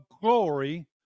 glory